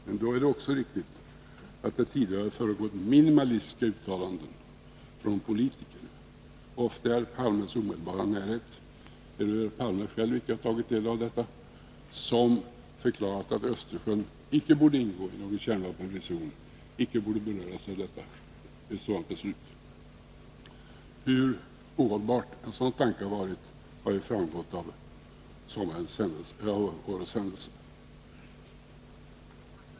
Men då är det också riktigt att säga att det tidigare har förekommit ”minimalistiska” uttalanden från politiker, ofta i herr Palmes omedelbara närhet — även om herr Palme icke själv har tagit del i detta — som förklarat att Östersjön icke borde ingå i någon kärnvapenfri zon, icke borde beröras av ett sådant beslut. Hur ohållbar en sådan tanke varit har ju framgått av den senaste tidens händelser.